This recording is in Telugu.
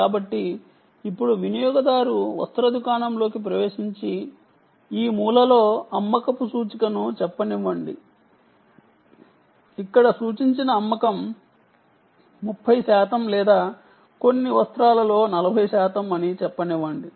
కాబట్టి ఇప్పుడు వినియోగదారు వస్త్ర దుకాణంలోకి ప్రవేశించి ఈ మూలలో అమ్మకపు సూచికను చెప్పనివ్వండి ఇక్కడ సూచించిన అమ్మకం 30 శాతం లేదా కొన్ని వస్త్రాలలో 40 శాతం అని చెప్పనివ్వండి